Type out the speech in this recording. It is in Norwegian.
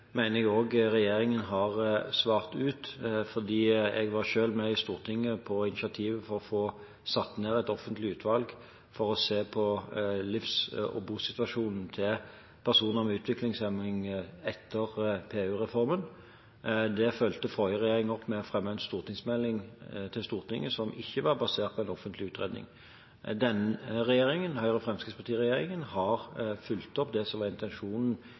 jeg også regjeringen har svart for, for jeg var i Stortinget selv med på initiativet for å få satt ned et offentlig utvalg for å se på livs- og bosituasjonen til personer med utviklingshemning etter PU-reformen. Det fulgte forrige regjering opp ved å fremme en stortingsmelding som ikke var basert på en offentlig utredning. Denne regjeringen, Høyre–Fremskrittsparti-regjeringen, har fulgt opp intensjonen i stortingsvedtaket og har nå nedsatt et offentlig utvalg som